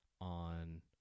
on